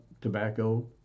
tobacco